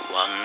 One